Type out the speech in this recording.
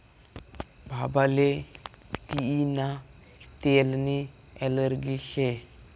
बाबाले तियीना तेलनी ॲलर्जी शे